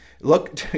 Look